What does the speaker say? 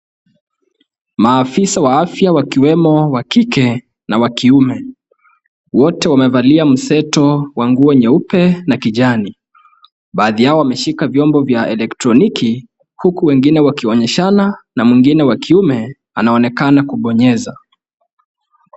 Maafisa wa afia wakiwemo wa kike na wa kiume, wote wamevalia mseto wa nguo nyeupe na kijani. Baadhi yao wameshika vyombo vya elektroniki, huku wengine wakionyeshana na mwingine wa kiume anaonekana kubonyeza.